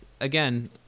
again